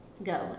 Go